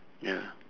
ya